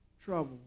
trouble